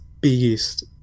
biggest